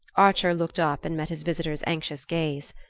archer looked up and met his visitor's anxious gaze.